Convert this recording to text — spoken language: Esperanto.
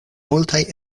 multaj